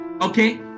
Okay